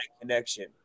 connection